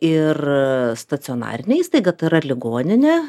ir stacionarinę įstaigą tai yra ligoninę